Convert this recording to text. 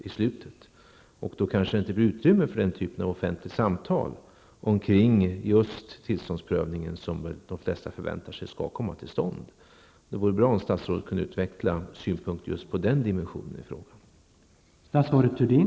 Det blir kanske inget utrymme då för den här typen av offentligt samtal omkring tillståndsprövningen, vilket de flesta förväntar sig skall komma till stånd. Det vore bra om statsrådet kunde utveckla synpunkter på just den dimensionen av frågan.